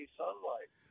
sunlight